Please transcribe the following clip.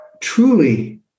truly